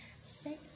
set